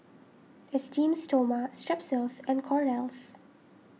Esteem Stoma Strepsils and Kordel's